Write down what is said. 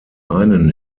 einen